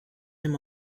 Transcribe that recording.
him